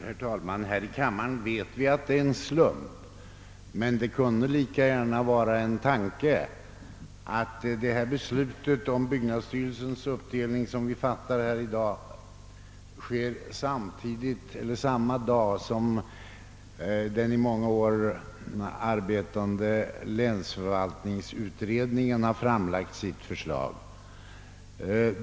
Herr talman! Här i kammaren vet vi att det är en slump, men det kunde lika gärna vara en tanke, att beslutet om byggnadsstyrelsens uppdelning fattas samma dag som den i många år arbetande länsförvaltningsutredningen har framlagt sitt förslag.